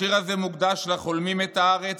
השיר הזה מוקדש לחולמים את הארץ,